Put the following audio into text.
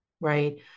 right